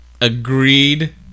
Agreed